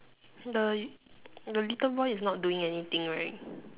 the the little boy is not doing anything right